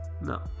No